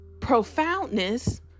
profoundness